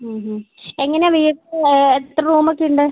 എങ്ങനെയാണ് വീട് എത്ര റൂം ഒക്കെ ഉണ്ട്